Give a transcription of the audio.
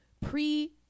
pre